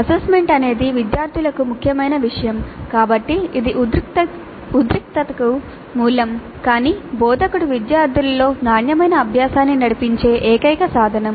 assessment అనేది విద్యార్థులకు ముఖ్యమైన విషయం కాబట్టి ఇది ఉద్రిక్తతకు మూలం కానీ బోధకుడు విద్యార్థులలో నాణ్యమైన అభ్యాసాన్ని నడిపించే ఏకైక సాధనం